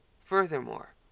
Furthermore